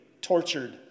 tortured